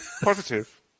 Positive